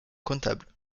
comptable